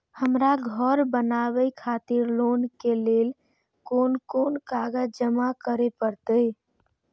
हमरा घर बनावे खातिर लोन के लिए कोन कौन कागज जमा करे परते?